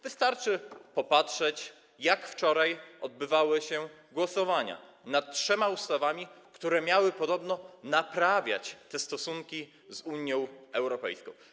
Wystarczy popatrzeć, jak wczoraj odbywały się głosowania nad trzema ustawami, które miały podobno naprawiać te stosunki z Unią Europejską.